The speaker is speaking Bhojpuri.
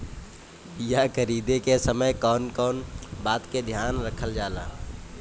बीया खरीदे के समय कौन कौन बात के ध्यान रखल जाला?